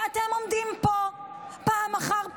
ואתם עומדים פה פעם אחר פעם,